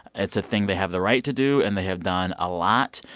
it's a thing they have the right to do and they have done a lot.